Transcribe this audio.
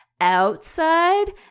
outside